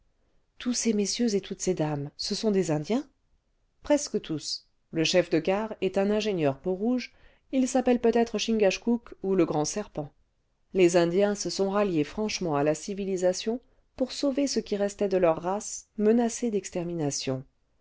tous ces messieurs et toutes ces dames ce sont des indiens presque tous le chef de gare est un ingénieur peau-rouge il s'appelle peut-être chingachkook ou le grand serpent les indiens se sont ralliés franchement à la civilisation pour sauver ce qui restait de leur race menacée d'extermination